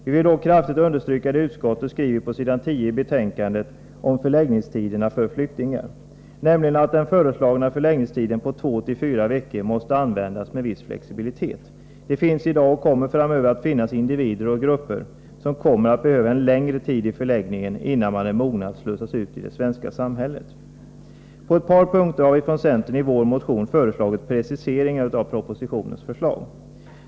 Vi vill dock kraftigt understryka det som socialförsäkringsutskottet skriver på s. 10 i betänkandet 27 om förläggningstiderna för flyktingar, nämligen att den föreslagna förläggningstiden på 2-4 veckor måste medge viss flexibilitet. Det finns i dag och kommer framöver att finnas individer och grupper som kommer att behöva en längre tid i förläggningen innan de är mogna att slussas ut i det svenska samhället. På ett par punkter har vi från centern i vår motion föreslagit preciseringar av propositionens förslag.